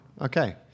Okay